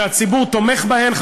שהציבור תומך בהן,